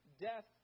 death